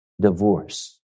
divorce